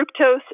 fructose